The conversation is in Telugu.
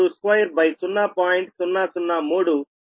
003అనగా 17